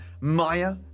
Maya